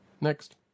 Next